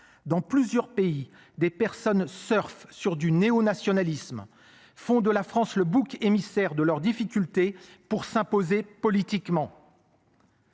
dans plusieurs pays des personnes surfent sur du néo-nationalisme font de la France le bouc émissaire de leurs difficultés pour s'imposer politiquement.